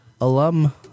alum